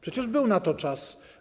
Przecież był na to czas.